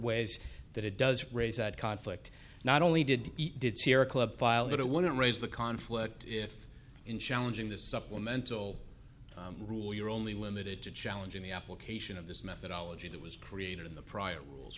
ways that it does raise that conflict not only did it did sierra club file it it wouldn't raise the conflict if in challenging the supplemental rule you're only limited to challenging the application of this methodology that was created in the prior rules